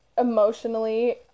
emotionally